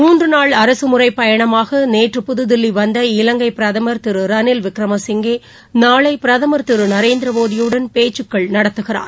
மூன்றுநாள் அரசுமுறைபயணமாகநேற்று புதுதில்லிவந்த இலங்கைபிரதமா் திருரனில் விக்ரமசிங்கேநாளைபிரதமர் திருநரேந்திரமோடியுடன் பேச்சுகள் நடத்துகிறார்